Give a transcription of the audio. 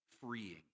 freeing